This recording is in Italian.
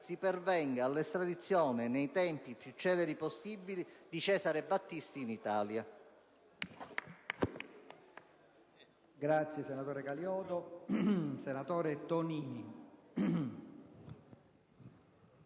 si pervenga all'estradizione nei tempi più celeri possibili di Cesare Battisti in Italia.